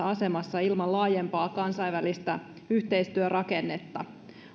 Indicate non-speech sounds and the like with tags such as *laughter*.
*unintelligible* asemassa ilman laajempaa kansainvälistä yhteistyörakennetta